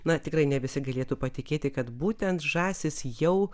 na tikrai ne visi galėtų patikėti kad būtent žąsys jau